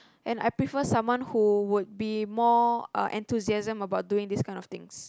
and I prefer someone who would be more uh enthusiasm about doing this kind of things